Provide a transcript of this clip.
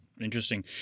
Interesting